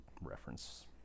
reference